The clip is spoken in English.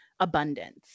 abundance